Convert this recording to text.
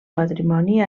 patrimoni